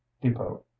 depot